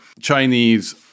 chinese